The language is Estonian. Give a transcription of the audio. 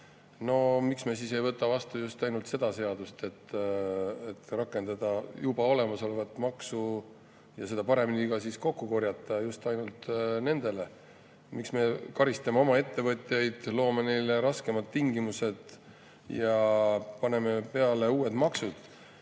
No miks me siis ei võta vastu ainult seda seadust, et rakendada juba olemasolevat maksu ja seda paremini kokku korjata, just ainult nendelt? Miks me karistame oma ettevõtjaid, loome neile raskemad tingimused ja paneme peale uued maksud?